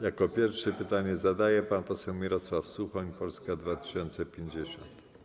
Jako pierwszy pytanie zadaje pan poseł Mirosław Suchoń, Polska 2050.